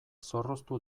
zorroztu